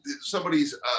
somebody's